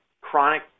chronic